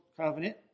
covenant